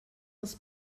els